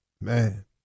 Man